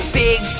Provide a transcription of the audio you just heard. big